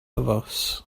fws